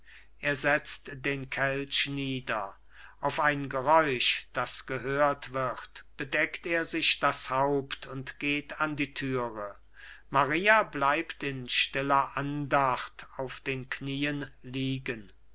er setzt den kelch nieder auf ein geräusch das gehört wird bedeckt er sich das haupt und geht an die türe maria bleibt in stiller andacht auf den knien liegen